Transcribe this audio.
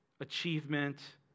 achievement